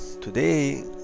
today